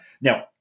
Now